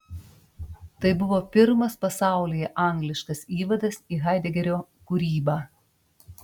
tai buvo pirmas pasaulyje angliškas įvadas į haidegerio kūrybą